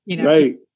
right